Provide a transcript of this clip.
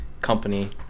company